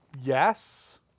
Yes